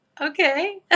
okay